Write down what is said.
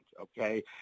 okay